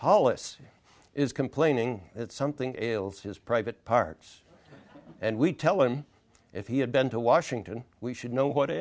paulus is complaining that something ails his private parts and we tell him if he had been to washington we should know what